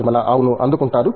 నిర్మలా అవును అందుకుంటారు